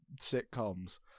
sitcoms